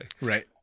Right